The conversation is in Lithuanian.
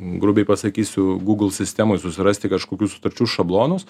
grubiai pasakysiu google sistemoj surasti kažkokius sutarčių šablonus